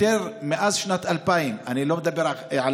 מאז שנת 2000, אני לא מדבר על